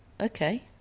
okay